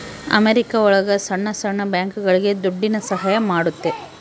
America ಒಳಗ ಸಣ್ಣ ಸಣ್ಣ ಬ್ಯಾಂಕ್ಗಳುಗೆ ದುಡ್ಡಿನ ಸಹಾಯ ಮಾಡುತ್ತೆ